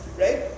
right